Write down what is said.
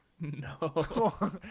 No